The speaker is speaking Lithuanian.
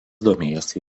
domėjosi